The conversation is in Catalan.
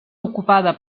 ocupada